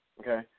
Okay